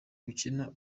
ukina